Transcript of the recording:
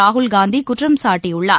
ராகுல் காந்தி குற்றம் சாட்டியுள்ளார்